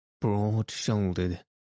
broad-shouldered